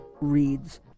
reads